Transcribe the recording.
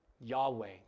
Yahweh